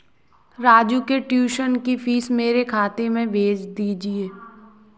राजू के ट्यूशन की फीस मेरे खाते में भेज दीजिए